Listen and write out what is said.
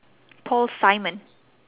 paul simon